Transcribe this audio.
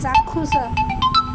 ଚାକ୍ଷୁଷ